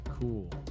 cool